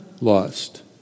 lost